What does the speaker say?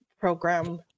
program